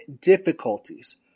difficulties